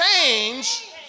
change